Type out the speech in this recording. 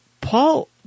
Paul